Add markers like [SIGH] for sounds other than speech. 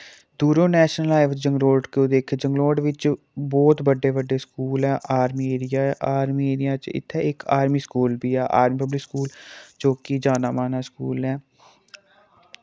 दूरो national highway जंगलोट [UNINTELLIGIBLE] जंगलोट बिच्च बोह्त बड्डे बड्डे स्कूल ऐ आर्मी एरिया ऐ आर्मी एरिया च इत्थै इक आर्मी स्कूल बी ऐ आर्मी पब्लिक स्कूल जो कि जाना माना स्कूल ऐ